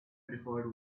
preferred